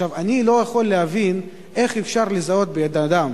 אני לא יכול להבין איך אפשר לזהות אדם